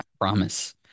promise